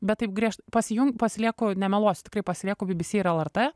bet taip griež pasijunk pasilieku nemeluosiu tikrai pasilieku bbc ir lrt